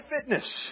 Fitness